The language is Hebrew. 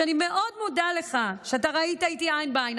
שאני מאוד מודה לך שאתה ראית איתי עין בעין,